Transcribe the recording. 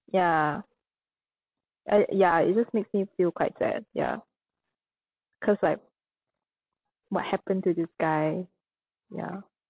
ya uh ya it just makes me feel quite sad ya cause like what happened to this guy ya